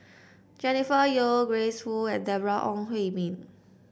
Jennifer Yeo Grace Fu and Deborah Ong Hui Min